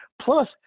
plus